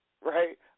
right